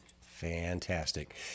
Fantastic